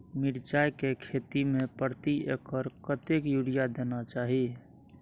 मिर्चाय के खेती में प्रति एकर कतेक यूरिया देना चाही?